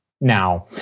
now